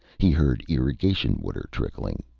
he heard irrigation water trickling.